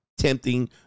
Tempting